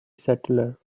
settler